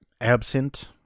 absent